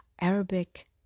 Arabic